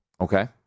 Okay